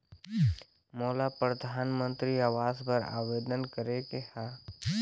मोला परधानमंतरी आवास बर आवेदन करे के हा?